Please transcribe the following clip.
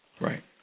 Right